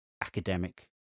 academic